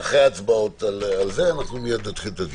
אחרי ההצבעות על זה מיד נתחיל את הדיון.